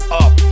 up